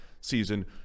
season